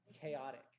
chaotic